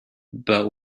but